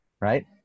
right